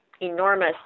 enormous